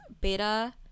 Beta